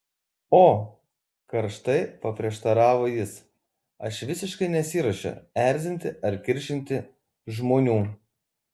o karštai paprieštaravo jis aš visiškai nesiruošiu erzinti ar kiršinti žmonių